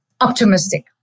optimistic